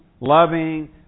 loving